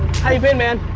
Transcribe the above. you been man?